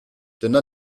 dyna